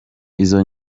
izo